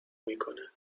میکنه